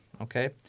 okay